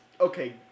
Okay